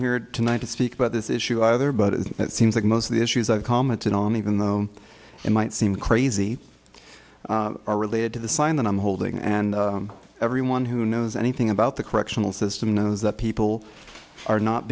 here tonight to speak about this issue either but it seems like most of the issues i've commented on even though it might seem crazy are related to the sign that i'm holding and everyone who knows anything about the correctional system knows that people are not